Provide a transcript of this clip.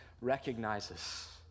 recognizes